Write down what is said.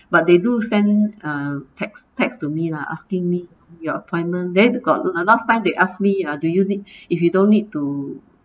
but they do send uh text text to me lah asking me your appointment then got the uh last time they ask me do you need if you don't need to